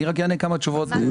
אענה כמה תשובות,